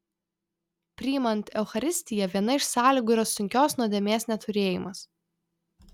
priimant eucharistiją viena iš sąlygų yra sunkios nuodėmės neturėjimas